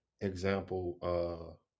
example